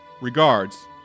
Regards